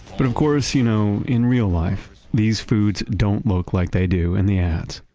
but of course, you know in real life these foods don't look like they do in the ads